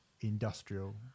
industrial